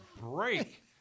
break